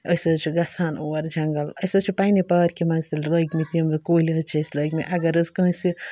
أسۍ حظ چھِ گژھان اور جنٛگَل أسۍ حظ چھِ پنٛںہِ پارکہِ منٛز تہِ لٲگۍ مٕتۍ یِم کُلۍ حظ چھِ اَسہِ لٲگۍ مٕتۍ اگر حظ کٲنٛسہِ